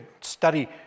study